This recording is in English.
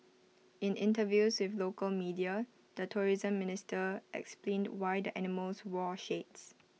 in interviews with local media the tourism minister explained why the animals wore shades